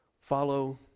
follow